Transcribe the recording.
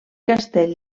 castell